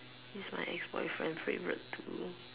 he's my ex-boyfriend favourite too